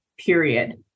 period